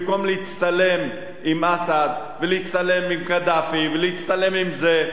במקום להצטלם עם אסד ולהצטלם עם קדאפי ולהצטלם עם זה,